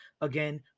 again